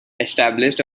established